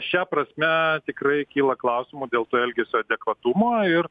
šia prasme tikrai kyla klausimų dėl to elgesio adekvatumo ir